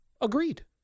Agreed